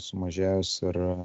sumažėjus ir